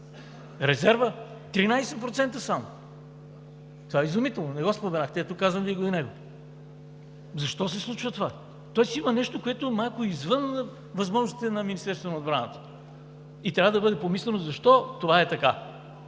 Резервът – 13% само. Това е изумително! Не го споменахте. Ето, казвам Ви го и него. Защо се случва това? Тоест има нещо, което е малко извън възможностите на Министерството на отбраната, и трябва да бъде помислено защо това е така?